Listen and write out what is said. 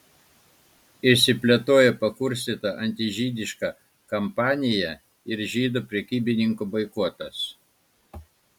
išsiplėtojo pakurstyta antižydiška kampanija ir žydų prekybininkų boikotas